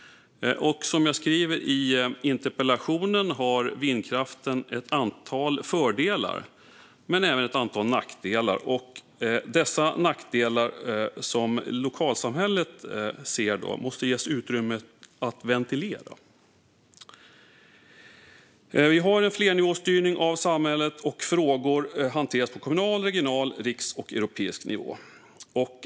Som jag skriver i interpellationen har vindkraften ett antal fördelar men även ett antal nackdelar, och de nackdelar som lokalsamhället ser måste man ge utrymme att ventilera. Vi har en flernivåstyrning av samhället. Frågor hanteras på kommunal, regional, nationell och europeisk nivå.